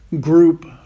group